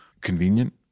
convenient